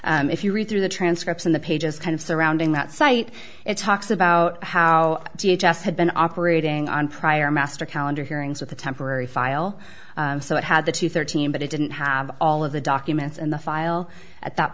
if you read through the transcripts and the pages kind of surrounding that site it talks about how do you just have been operating on prior master calendar hearings with the temporary file so it had the two thirteen but it didn't have all of the documents in the file at that